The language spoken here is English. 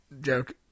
joke